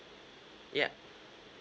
yeah